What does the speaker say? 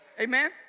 Amen